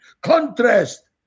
Contrast